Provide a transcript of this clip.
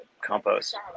compost